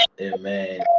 Amen